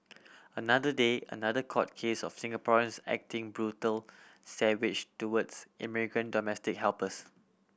another day another court case of Singaporeans acting brutal savage towards in migrant domestic helpers